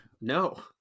No